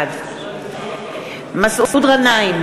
בעד מסעוד גנאים,